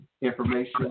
information